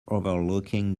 overlooking